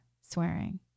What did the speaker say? swearing